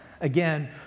Again